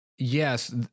yes